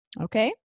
Okay